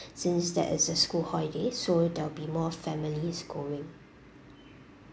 since that is a school holiday so there will be more families going